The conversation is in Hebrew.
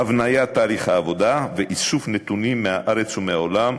בהשוואה למדינות המערב,